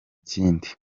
kindi